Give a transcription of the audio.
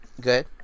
Good